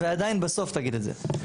ועדיין, בסוף תגיד את זה.